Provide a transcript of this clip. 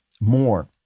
more